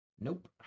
Nope